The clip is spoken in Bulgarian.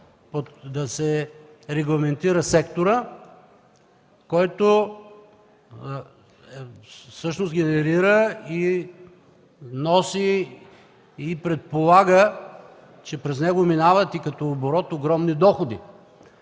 да се регламентира секторът, който всъщност генерира, носи и предполага, че през него минават като оборот огромни доходи.